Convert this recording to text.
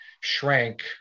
shrank